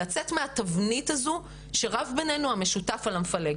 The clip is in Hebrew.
לצאת מהתבנית הזו שרב ביננו המשותף על המפלג,